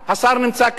השר נמצא כאן: